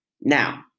Now